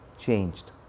changed